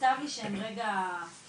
כתב לי שהם רגע --- טוב,